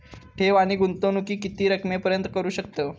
ठेव आणि गुंतवणूकी किती रकमेपर्यंत करू शकतव?